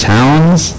Towns